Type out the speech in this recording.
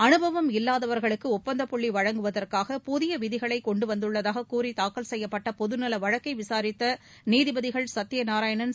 அனுபவம் இல்லாதவர்களுக்கு ஒப்பந்தப்பள்ளி வழங்குவதற்காக புதிய விதிகளை கொண்டுவந்துள்ளதாகக் கூறி தாக்கல் செய்யப்பட்ட பொதுநல வழக்கை விசாரித்த நீதிபதிகள் திரு சத்தியநாராயணன் திரு